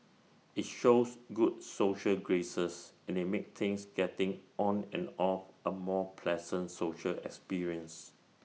IT shows good social graces and IT makes things getting on and off A more pleasant social experience